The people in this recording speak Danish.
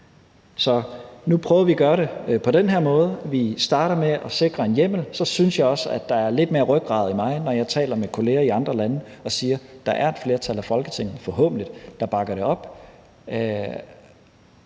Så nu prøver vi at gøre det på den her måde. Vi starter med at sikre en hjemmel, og så synes jeg også, der er lidt mere rygrad i mig, når jeg taler med kollegaer i andre lande og kan sige, at der er et flertal i Folketinget, forhåbentlig, der bakker det op.